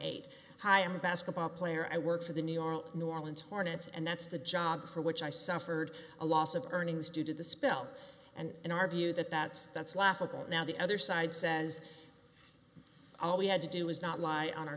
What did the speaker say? eight hi i'm a basketball player i work for the new york new orleans hornets and that's the job for which i suffered a loss of earnings due to the spill and in our view that that's that's laughable now the other side says all we had to do is not lie on our